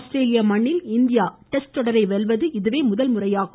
ஆஸ்திரேலிய மண்ணில் India test தொடரை வெல்வது இதுவே முதன்முறையாகும்